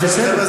עבודה ורווחה.